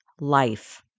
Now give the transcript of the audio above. life